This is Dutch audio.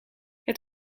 het